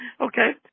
Okay